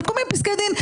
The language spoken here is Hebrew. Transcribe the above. אלה כל מיני פסקי דין,